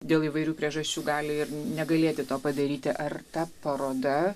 dėl įvairių priežasčių gali ir negalėti to padaryti ar ta paroda